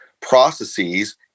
processes